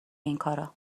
اینکارا